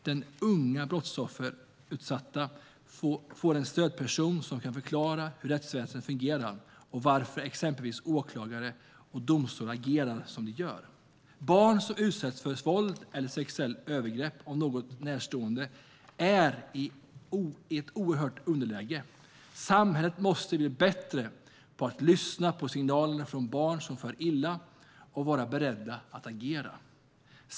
Den unga brottsutsatta får en stödperson som kan förklara hur rättsväsendet fungerar och varför exempelvis åklagare och domstolar agerar som de gör. Barn som utsätts för våld eller sexuella övergrepp av någon närstående är i ett oerhört underläge. Samhället måste bli bättre på att lyssna på signalerna från barn som far illa och vara berett att agera.